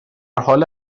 حال